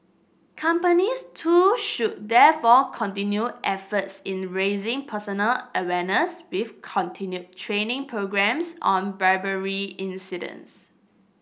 companies too should therefore continue efforts in raising personal awareness with continued training programmes on bribery incidents